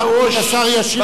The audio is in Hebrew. את הראש באדמה,